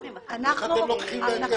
איך אתם לוקחים להם כסף?